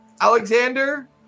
Alexander